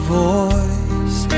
voice